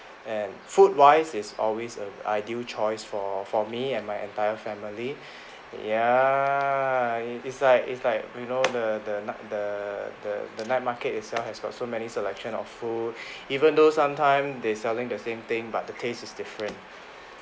and food wise is always a ideal choice for for me and my entire family ya is like is like you know the the the the the night market itself has got so many selection of food even though sometime they selling the same thing but the taste is different